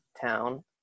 town